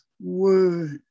word